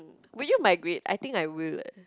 would you migrate I think I will leh